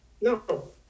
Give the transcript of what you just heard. No